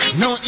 no